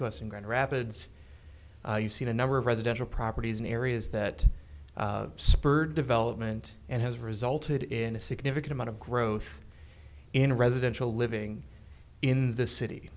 to us in grand rapids you see the number of residential properties in areas that spurred development and has resulted in a significant amount of growth in residential living in the city